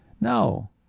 No